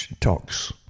talks